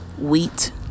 Wheat